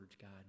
God